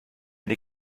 eine